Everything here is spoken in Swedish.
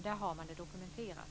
Där har man det dokumenterat.